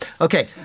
Okay